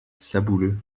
sabouleux